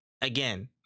again